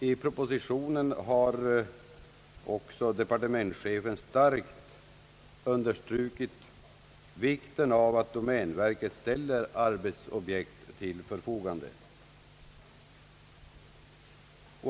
I propositionen har också departementschefen starkt understrukit vikten av att domänverket ställer arbetsobjekt till förfogande.